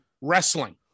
wrestling